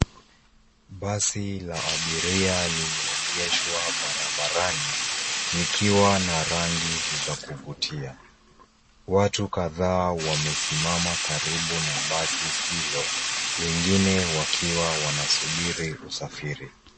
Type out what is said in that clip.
Basi la abiria limeegeshwa barabarani, likiwa na rangi za kuvutia. Watu kadhaa wamesimama karibu na basi hilo, wengine wakiwa wanasubiri usafiri.